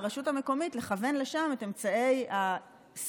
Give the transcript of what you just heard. לרשות המקומית לכוון לשם את אמצעי הסיוע,